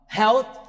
health